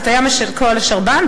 את הים ואת כל אשר בם,